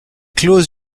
clauses